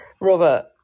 Robert